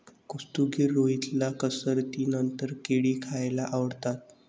कुस्तीगीर रोहितला कसरतीनंतर केळी खायला आवडतात